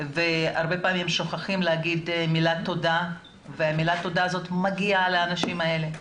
והרבה פעמים שוכחים לומר מילת תודה ומילת התודה הזאת מגיעה לאנשים האלה.